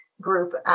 group